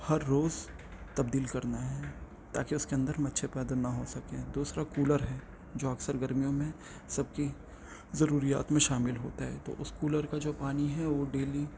ہر روز تبدیل کرنا ہے تاکہ اس کے اندر مچھر پیدا نہ ہو سکیں دوسرا کولر ہے جو اکثر گرمیوں میں سب کی ضروریات میں شامل ہوتا ہے تو اس کولر کا جو پانی ہے وہ ڈیلی